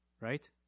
Right